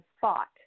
thought